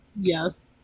Yes